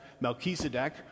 Melchizedek